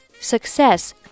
Success